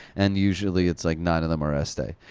and usually it's like nine of them are estee.